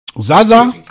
Zaza